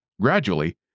Gradually